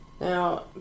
Now